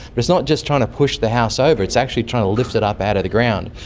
but it's not just trying to push the house over, it's actually trying to lift it up out of the ground.